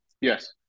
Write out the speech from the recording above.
Yes